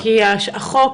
כי החוק,